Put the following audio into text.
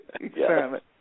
Experiment